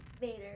Vader